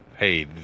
Hey